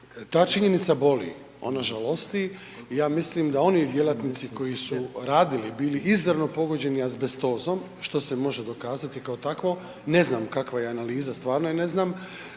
Ta činjenica boli, ona žalosti, ja mislim da oni djelatnici koji su radili, bili izravno pogođeni azbestozom, što se može dokazati kao takvo, ne znam kakva je analiza, stvarno je ne znam,